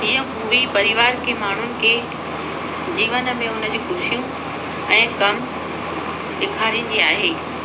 हीअ मूवी परिवार खे माण्हुनि खे जीवन में उनजे ख़ुशियूं ऐं ग़म ॾेखारींदी आहे